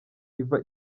iva